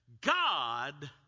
God